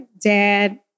dad